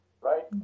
Right